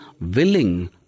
willing